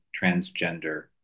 transgender